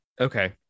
Okay